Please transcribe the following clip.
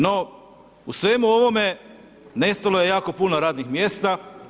No, u svemu ovome nestalo je jako puno radnih mjesta.